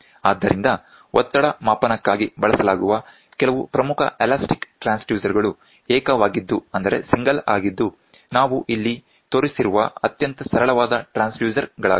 ಆದ್ದರಿಂದ ಒತ್ತಡ ಮಾಪನಕ್ಕಾಗಿ ಬಳಸಲಾಗುವ ಕೆಲವು ಪ್ರಮುಖ ಎಲಾಸ್ಟಿಕ್ ಟ್ರಾನ್ಸ್ಡ್ಯೂಸರ್ ಗಳು ಏಕವಾಗಿದ್ದು ನಾವು ಇಲ್ಲಿ ತೋರಿಸಿರುವ ಅತ್ಯಂತ ಸರಳವಾದ ಟ್ರಾನ್ಸ್ಡ್ಯೂಸರ್ ಗಳಾಗಿವೆ